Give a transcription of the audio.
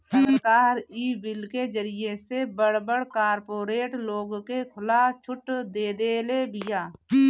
सरकार इ बिल के जरिए से बड़ बड़ कार्पोरेट लोग के खुला छुट देदेले बिया